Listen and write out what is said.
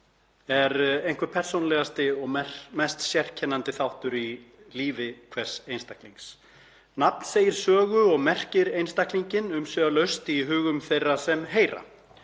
er einhver persónulegasti og mest sérkennandi þáttur í lífi hvers einstaklings. Nafn segir sögu og merkir einstaklinginn umsvifalaust í hugum þeirra sem heyra.